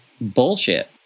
bullshit